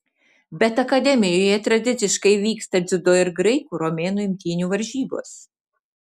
bet akademijoje tradiciškai vyksta dziudo ir graikų romėnų imtynių varžybos